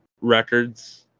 records